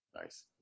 nice